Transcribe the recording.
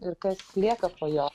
ir kas lieka po jo